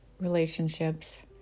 relationships